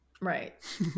right